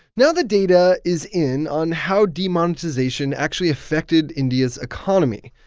now the data is in on how demonetization actually affected india's economy.